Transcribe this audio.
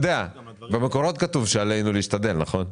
במקורות כתוב שעלינו להשתדל, נכון?